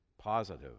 positive